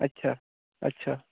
अच्छा अच्छा